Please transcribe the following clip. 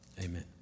Amen